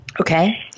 Okay